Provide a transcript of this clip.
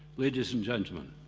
ladies and gentlemen,